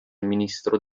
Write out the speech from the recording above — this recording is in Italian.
ministro